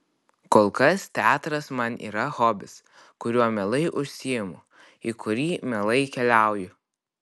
kol kas teatras man yra hobis kuriuo mielai užsiimu į kurį mielai keliauju